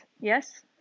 Yes